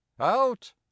out